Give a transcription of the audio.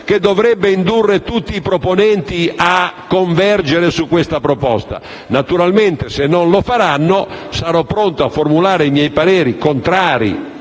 che dovrebbe indurre tutti i proponenti a convergere su di essa. Naturalmente, se non lo faranno, sarò pronto a formulare i mie pareri contrari